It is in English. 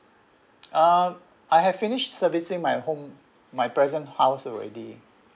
uh I have finish servicing my home my present house already